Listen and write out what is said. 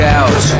out